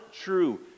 true